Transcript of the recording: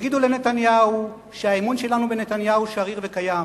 תגידו לנתניהו שהאמון שלנו בנתניהו שריר וקיים,